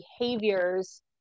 behaviors